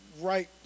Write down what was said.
right